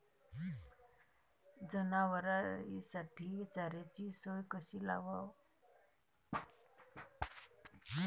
जनावराइसाठी चाऱ्याची सोय कशी लावाव?